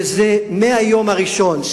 וזה מהיום הראשון,